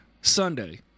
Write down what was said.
Sunday